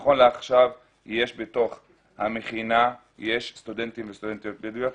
נכון לעכשיו במכינה יש סטודנטים וסטודנטיות בדואים.